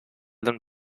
than